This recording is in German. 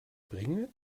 bringe